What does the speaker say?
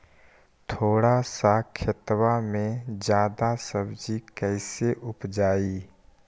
थोड़ा सा खेतबा में जादा सब्ज़ी कैसे उपजाई?